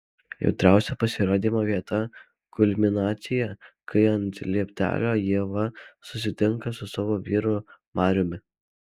jautriausia pasirodymo vieta kulminacija kai ant lieptelio ieva susitinka su savo vyru mariumi